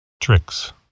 Tricks